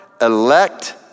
elect